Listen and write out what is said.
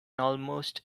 almost